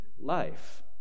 life